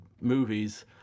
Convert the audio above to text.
movies